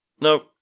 no